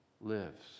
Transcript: lives